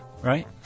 right